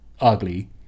ugly